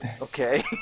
okay